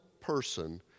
person